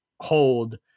hold